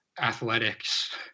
athletics